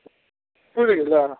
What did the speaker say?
पुरि गेलै